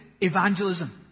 evangelism